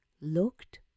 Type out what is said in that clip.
looked